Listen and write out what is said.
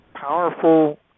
powerful